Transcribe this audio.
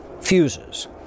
fuses